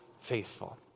faithful